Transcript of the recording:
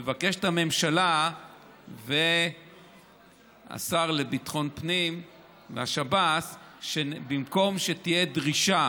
מבקשים הממשלה והשר לביטחון פנים והשב"ס שבמקום שתהיה דרישה